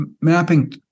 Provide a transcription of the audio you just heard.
mapping